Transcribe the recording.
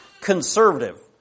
conservative